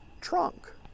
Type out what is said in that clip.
trunk